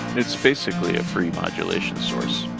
it's basically a free modulation source.